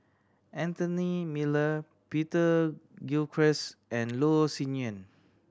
Anthony Miller Peter Gilchrist and Loh Sin Yun